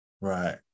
Right